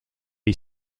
est